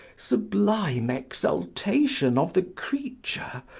sublime exaltation of the creature,